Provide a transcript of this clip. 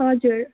हजुर